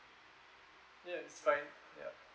yes it's fine ya